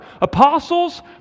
Apostles